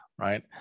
Right